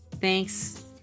thanks